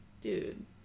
dude